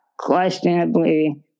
questionably